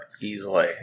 easily